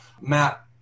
matt